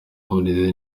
uburezi